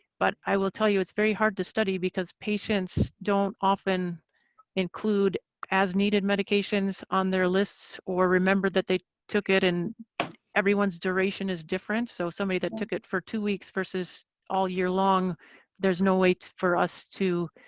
but i will tell you it's very hard to study because patients don't often include as needed medications on their lists or remember that they took it and everyone's duration is different. so somebody that took it for two weeks versus all year long there's no way for us to